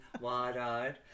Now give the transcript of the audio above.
wide-eyed